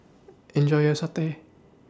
Enjoy your Satay